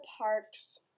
parks